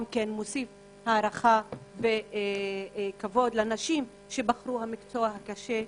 כן מוסיף הערכה וכבוד לנשים שבחרו במקצוע זה.